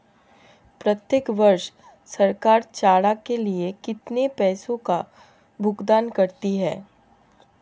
प्रत्येक वर्ष सरकार चारा के लिए कितने पैसों का भुगतान करती है?